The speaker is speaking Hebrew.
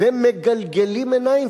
ומגלגלים עיניים,